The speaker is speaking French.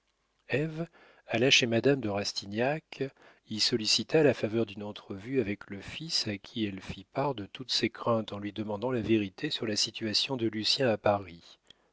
alla chez madame de rastignac y sollicita la faveur d'une entrevue avec le fils à qui elle fit part de toutes ses craintes en lui demandant la vérité sur la situation de lucien à paris